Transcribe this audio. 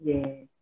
Yes